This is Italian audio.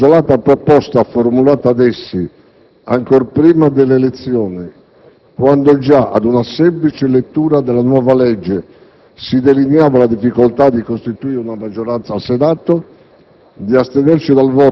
dato che la mia isolata proposta formulata ad essi, ancor prima delle elezioni, quando già ad una semplice lettura della nuova legge si delineava la difficoltà di costituire una maggioranza al Senato,